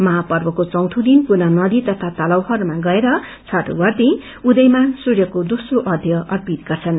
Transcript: महापर्वको चौथो दिन पुनः नदी तथा तलावहरूमा गएर छठव्रती उद्वीमान सूर्यको दोम्रो अर्घ्य अर्पित गर्छन्